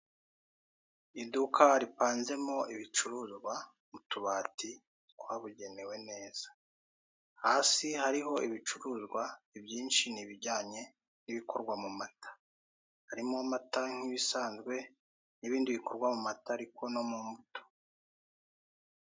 Iduka ripanzemo ibicuruzwa, mutubati twabugenewe neza, hasi hariho ibicuruzwa, ibyinshi ni ibijyanye n'ibikorwa mumata, harimo amata nk'ibisanzwe, n'ibindi bikorwa mumata ariko no mu mbuto.